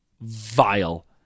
vile